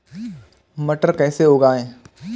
मटर कैसे उगाएं?